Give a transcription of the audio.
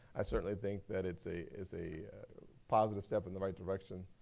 i certainly think that it's a it's a positive step in the right direction,